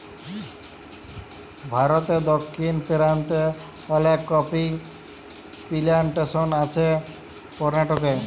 ভারতে দক্ষিণ পেরান্তে অলেক কফি পিলানটেসন আছে করনাটকে